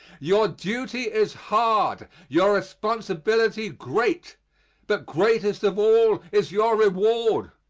your duty is hard, your responsibility great but greatest of all is your reward.